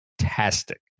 fantastic